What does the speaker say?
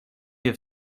have